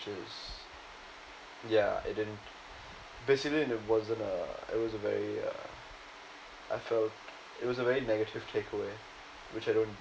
just ya it didn't basically it wasn't uh it was a very uh I felt it was a very negative takeaway which I don't